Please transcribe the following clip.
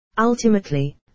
Ultimately